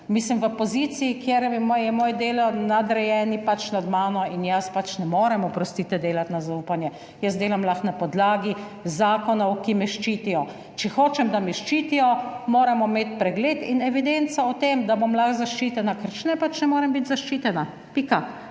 v poziciji, kjer je moje delo nadrejeni pač nad mano in jaz pač ne morem, oprostite, delati na zaupanje. Jaz delam lahko na podlagi zakonov, ki me ščitijo. Če hočem, da me ščitijo, moramo imeti pregled in evidenco o tem, da bom lahko zaščitena. Ker če ne, pač ne morem biti zaščitena, pika.